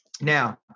Now